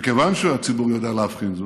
וכיוון שהציבור יודע להבחין בזאת,